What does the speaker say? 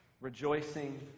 Rejoicing